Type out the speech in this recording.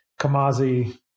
Kamazi